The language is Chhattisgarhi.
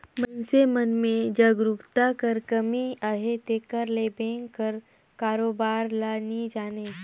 मइनसे मन में जागरूकता कर कमी अहे तेकर ले बेंक कर कारोबार ल नी जानें